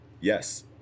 yes